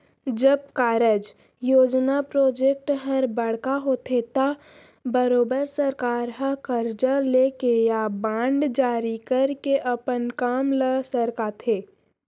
जब कारज, योजना प्रोजेक्ट हर बड़का होथे त बरोबर सरकार हर करजा लेके या बांड जारी करके अपन काम ल सरकाथे